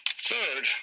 Third